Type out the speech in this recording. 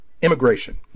immigration